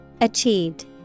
Achieved